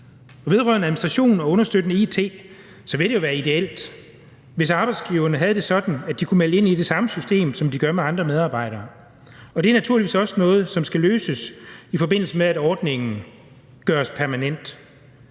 Vedrørende administrationen og understøttende it ville det være ideelt, hvis arbejdsgiverne havde det sådan, at de kunne melde ind i det samme system, som de gør med andre medarbejdere. Det er naturligvis også noget, som skal løses i forbindelse med, at ordningen gøres permanent.